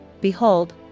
Behold